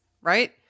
right